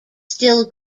still